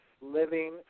living